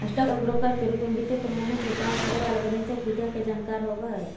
stock broker के रूप में वित्तीय प्रबंधन के काम करे वाला वाणिज्यिक विधा के जानकार होवऽ हइ